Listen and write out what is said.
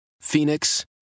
Phoenix